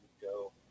go